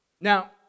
Now